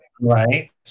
Right